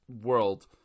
world